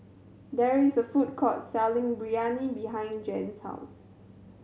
there is a food court selling Biryani behind Jens' house